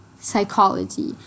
psychology